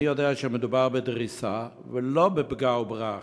אני יודע שמדובר בדריסה ולא בפגע-וברח,